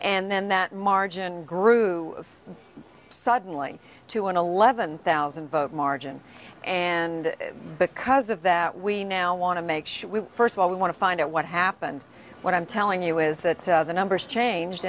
and then that margin grew suddenly to an eleven thousand vote margin and because of that we now want to make sure first of all we want to find out what happened what i'm telling you is that the numbers changed